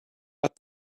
but